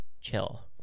chill